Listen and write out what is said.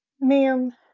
ma'am